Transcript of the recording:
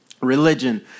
Religion